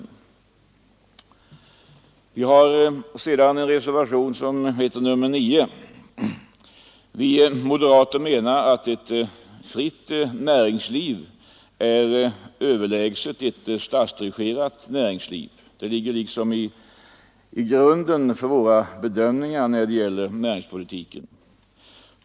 Sedan har vi reservationen 9, Vi moderater menar att ett fritt näringsliv är överlägset ett statsdirigerat. Det ligger liksom i grunden för våra bedömningar när det gäller näringspolitiken.